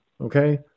Okay